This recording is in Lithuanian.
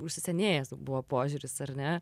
užsisenėjęs buvo požiūris ar ne